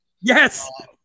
Yes